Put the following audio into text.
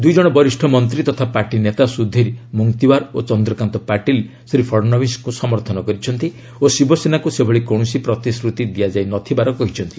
ଦୁଇ ଜଣ ବରିଷ୍ଠ ମନ୍ତ୍ରୀ ତଥା ପାଟି ନେତା ସୁଧୀର ମୁଙ୍ଗତିୱାର୍ ଓ ଚନ୍ଦ୍ରକାନ୍ତ ପାଟିଲ୍ ଶ୍ରୀ ଫଡ଼ନବୀଶଙ୍କୁ ସମର୍ଥନ କରିଛନ୍ତି ଓ ଶିବସେନାକୁ ସେଭଳି କୌଣସି ପ୍ରତିଶ୍ରୁତି ଦିଆଯାଇ ନ ଥିବାର କହିଛନ୍ତି